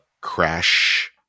crash